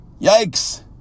Yikes